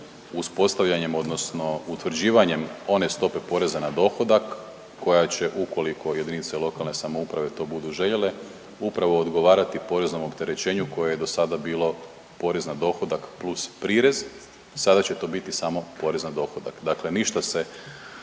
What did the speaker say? uspostavljanjem odnosno utvrđivanjem one stope poreza na dohodak koja će ukoliko jedinice lokalne samouprave to budu željele upravo odgovarati poreznom opterećenju koje je do sada bilo porez na dohodak plus prirez. Sada će to biti samo porez na dohodak. Dakle, ništa se